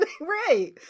right